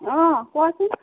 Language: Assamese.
অঁ কোৱাচোন